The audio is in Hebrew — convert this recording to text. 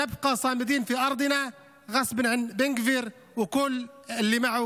אנחנו נישאר איתנים באדמות שלנו על אפו ועל חמתו